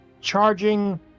charging